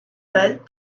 red